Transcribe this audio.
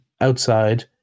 outside